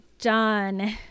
done